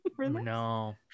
No